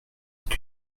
est